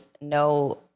no